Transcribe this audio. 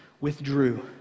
withdrew